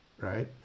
Right